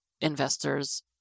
investors